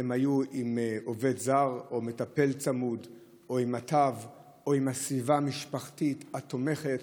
היה עם עובד זר או מטפל צמוד או עם מט"ב או עם הסביבה המשפחתית התומכת,